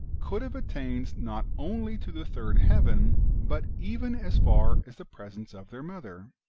could have attained not only to the third heaven, but even as far as the presence of their mother.